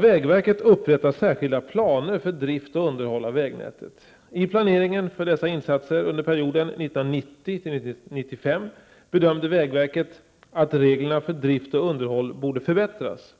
i Vägverket upprättar särskilda planer för drift och underhåll av vägnätet. I planeringen för dessa insatser under perioden 1990--1995 bedömde vägverket att reglerna för drift och underhåll borde förbättras.